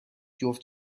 جفت